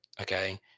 okay